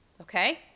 okay